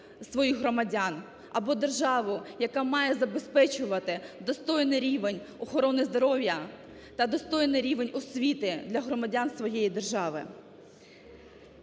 або державу, яка має забезпечувати достойний рівень охорони здоров'я та достойний рівень освіти для громадян своєї держави?